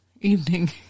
evening